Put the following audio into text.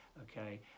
okay